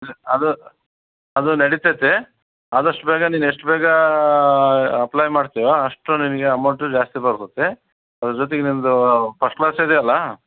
ಅದು ಅದು ನಡಿತೈತೆ ಆದಷ್ಟು ಬೇಗ ನೀನು ಎಷ್ಟು ಬೇಗ ಅಪ್ಲೈ ಮಾಡ್ತೀಯೋ ಅಷ್ಟು ನಿನಗೆ ಅಮೌಂಟು ಜಾಸ್ತಿ ಬರುತ್ತೆ ಅದ್ರ ಜೊತೆಗ್ ನಿನ್ನದು ಪಸ್ಟ್ ಕ್ಲಾಸ್ ಇದೆಯಲ್ಲ